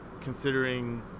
considering